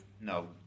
no